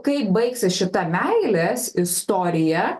kai baigsis šita meilės istorija